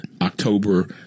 October